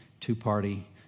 two-party